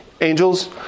angels